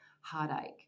heartache